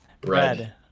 Bread